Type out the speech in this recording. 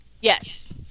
Yes